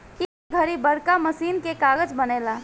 ए घड़ी बड़का मशीन से कागज़ बनेला